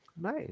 Nice